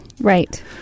Right